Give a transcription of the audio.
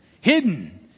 hidden